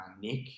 Nick